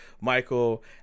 Michael